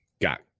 got